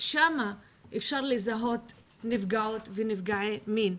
שם אפשר לזהות נפגעות ונפגעי מין.